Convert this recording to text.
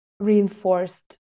reinforced